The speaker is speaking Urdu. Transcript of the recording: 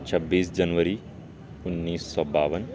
چھبیس جنوری انیس سو باون